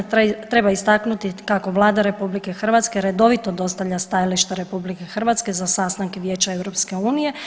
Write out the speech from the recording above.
Treba istaknuti kao Vlada RH redovito dostavlja stajališta RH za sastanke Vijeća EU.